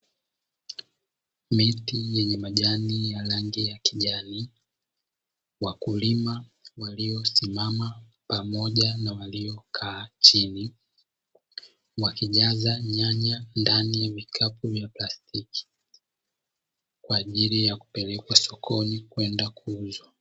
Miti yenye majani ya rangi ya kijani. Wakulima waliyosimama pamoja na waliyokaa chini. Wakijaza nyanya ndani ya vikapu vya plastiki, kwa ajili ya kupelekwa sokoni kwenda kuuzwa.